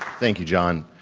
thank you, john.